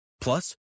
Plus